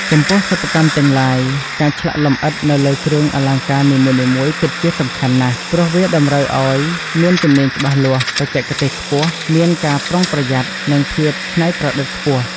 ចំពោះសិប្បកម្មទាំងឡាយ ការឆ្លាក់លម្អិតនៅលើគ្រឿងអលង្ការនីមួយៗពិតជាសំខាន់ណាស់ ព្រោះវាតម្រូវឲ្យមានជំនាញ់ច្បាស់លាស់ បច្ចេកទេសខ្ពស់ មានការប្រុងប្រយត្ន័ និងភាពច្នៃប្រឌិតខ្ពស់។